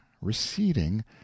receding